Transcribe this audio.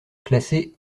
classée